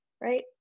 right